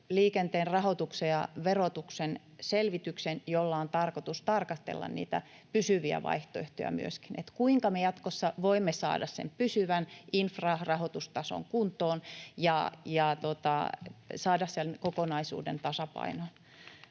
liikenteen rahoituksen ja verotuksen selvityksen, jolla on tarkoitus tarkastella myöskin niitä pysyviä vaihtoehtoja, kuinka me jatkossa voimme saada sen pysyvän infrarahoitustason kuntoon ja saada sen kokonaisuuden tasapainoon.